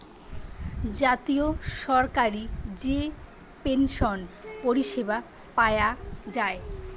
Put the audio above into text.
জাতীয় সরকারি যে পেনসন পরিষেবা পায়া যায়